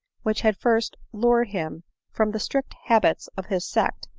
which had first lured him from the strict habits of his sect,